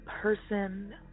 person